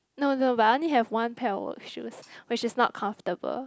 no no but I only have one pair of work shoes which is not comfortable